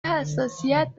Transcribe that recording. حساسیت